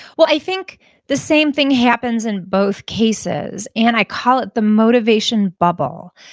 well, i think the same thing happens in both cases, and i call it the motivation bubble.